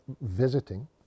visiting